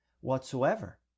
whatsoever